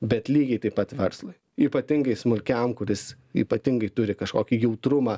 bet lygiai taip pat verslui ypatingai smulkiam kuris ypatingai turi kažkokį jautrumą